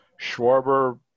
Schwarber